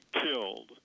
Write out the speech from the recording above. killed